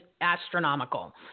astronomical